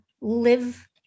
live